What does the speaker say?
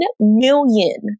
million